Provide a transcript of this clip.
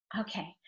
Okay